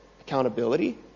accountability